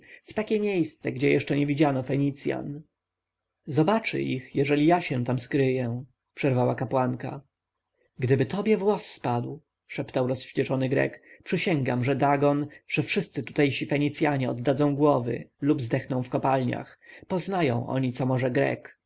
w takie miejsce które jeszcze nie widziało fenicjan zobaczy ich jeśli ja się tam skryję przerwała kapłanka gdyby tobie włos spadł szeptał rozwścieczony grek przysięgam że dagon że wszyscy tutejsi fenicjanie oddadzą głowy lub zdechną w kopalniach poznają oni co może grek